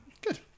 good